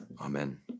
Amen